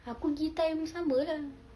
aku pergi time summer lah